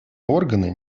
органы